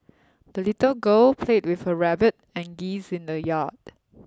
the little girl played with her rabbit and geese in the yard